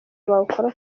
bawukora